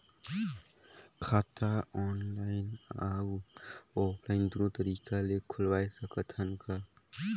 खाता ऑनलाइन अउ ऑफलाइन दुनो तरीका ले खोलवाय सकत हन का?